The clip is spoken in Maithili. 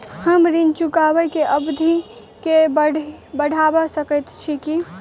हम ऋण चुकाबै केँ अवधि केँ बढ़ाबी सकैत छी की?